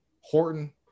Horton